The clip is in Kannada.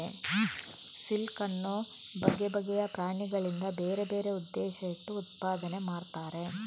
ಸಿಲ್ಕ್ ಅನ್ನು ಬಗೆ ಬಗೆಯ ಪ್ರಾಣಿಗಳಿಂದ ಬೇರೆ ಬೇರೆ ಉದ್ದೇಶ ಇಟ್ಟು ಉತ್ಪಾದನೆ ಮಾಡ್ತಾರೆ